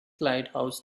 lighthouse